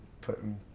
putting